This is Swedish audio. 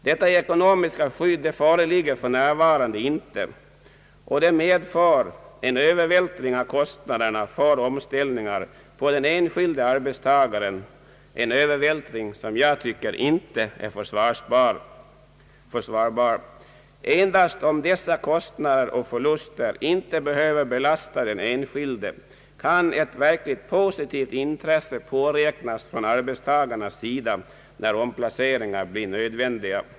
Detia ekonomiska skydd föreligger för närvarande inte, vilket medför en övervältring av kostnaderna för omställningar på den enskilde arbetstagaren, en Övervältring som enligt min uppfattning inte är försvarbar. Endast om dessa kostnader och förluster inte behöver belasta den enskilde kan ett verkligt positivt intresse påräknas från arbetstagarnas sida när omplaceringar blir nödvändiga.